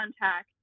contact